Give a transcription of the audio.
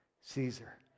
caesar